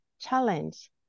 challenge